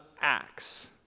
acts